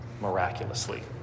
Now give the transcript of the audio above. Miraculously